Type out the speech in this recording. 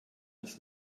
das